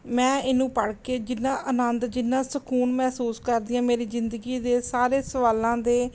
ਮੈਂ ਇਹਨੂੰ ਪੜ੍ਹ ਕੇ ਜਿੰਨਾਂ ਆਨੰਦ ਜਿੰਨਾਂ ਸਕੂਨ ਮਹਿਸੂਸ ਕਰਦੀ ਹਾਂ ਮੇਰੀ ਜ਼ਿੰਦਗੀ ਦੇ ਸਾਰੇ ਸਵਾਲਾਂ ਦੇ